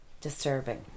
disturbing